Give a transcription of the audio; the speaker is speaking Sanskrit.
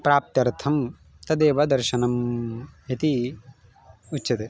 प्राप्त्यर्थं तदेव दर्शनम् इति उच्यते